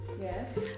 Yes